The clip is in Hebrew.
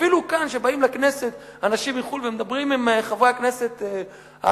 אפילו כאן כשבאים לכנסת אנשים מחוץ-לארץ ומדברים עם חברי הכנסת הערבים,